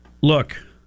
Look